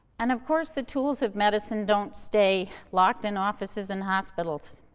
and of course the tools of medicine don't stay locked in offices and hospitals.